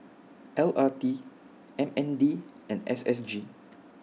L R T M N D and S S G